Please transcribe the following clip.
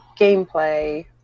gameplay